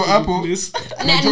Apple